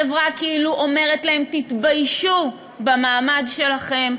החברה כאילו אומרת להם: תתביישו במעמד שלכם.